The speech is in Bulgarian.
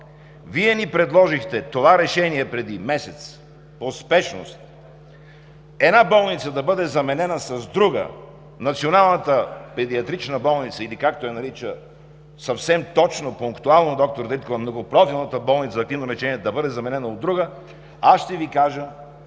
Вие ни предложихте това решение преди месец: по спешност една болница да бъде заменена с друга – националната педиатрична болница, или както я нарича съвсем точно, пунктуално доктор Дариткова, Многопрофилната болница за активно лечение да бъде заменена от друга, аз ще Ви кажа,